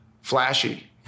flashy